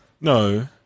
No